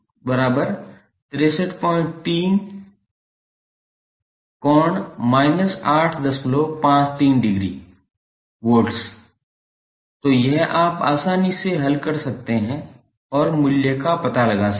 तो यह आप आसानी से हल कर सकते हैं और मूल्य का पता लगा सकते